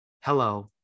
hello